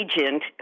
agent